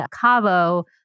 Cabo